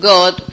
God